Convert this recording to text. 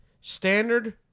standard